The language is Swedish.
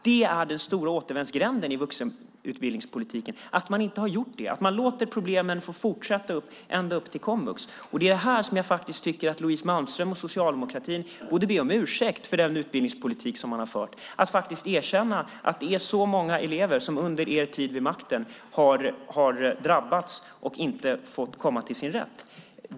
Det är den stora återvändsgränden i vuxenutbildningspolitiken att man inte har gjort det, att man låter problemen få fortsätta ända till komvux. Det är här som jag faktiskt tycker att Louise Malmström och socialdemokratin borde be om ursäkt för den utbildningspolitik som man har fört. Ni borde faktiskt erkänna att det är väldigt många elever som under er tid vid makten har drabbats och inte fått komma till sin rätt.